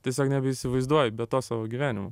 tiesiog nebeįsivaizduoju be to savo gyvenimo